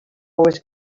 always